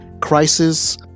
crisis